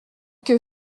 que